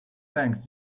tanks